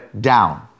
down